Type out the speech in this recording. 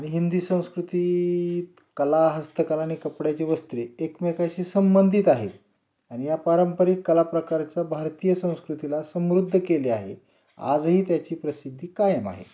आणि हिंदी संस्कृतीत कला हस्तकला आणि कपड्याची वस्त्रे एकमेकाशी संबंधित आहेत आणि या पारंपरिक कलाप्रकारचा भारतीय संस्कृतीला समृद्ध केले आहे आजही त्याची प्रसिद्धी कायम आहे